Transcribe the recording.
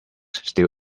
still